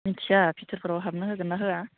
मिथिया भितोरफोराव हाबनो होगोन ना होआ